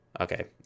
Okay